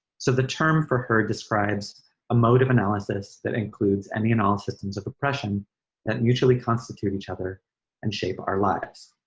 so the term for her describes a mode of analysis that includes any and all systems of oppression that mutually constitute each other and shape our lives.